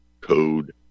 code